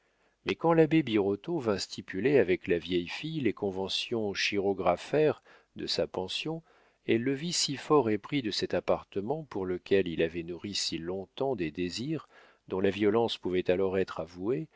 mais quand l'abbé birotteau vint stipuler avec la vieille fille les conventions chirographaires de sa pension elle le vit si fort épris de cet appartement pour lequel il avait nourri si long-temps des désirs dont la violence pouvait alors être avouée